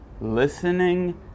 listening